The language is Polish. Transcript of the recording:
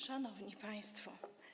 Szanowni Państwo!